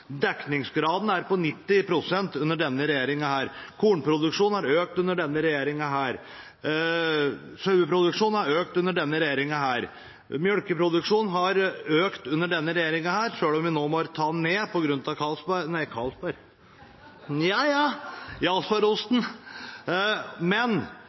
Dekningsgraden er på 90 pst. under denne regjeringen. Kornproduksjonen har økt under denne regjeringen. Saueproduksjonen har økt under denne regjeringen. Melkeproduksjonen har økt under denne regjeringen, selv om vi nå må ta den ned på grunn av jarlsbergosten. Men